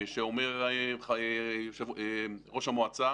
שאומר ראש המועצה